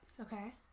Okay